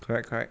correct correct